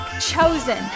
chosen